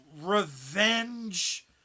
revenge